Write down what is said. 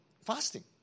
fasting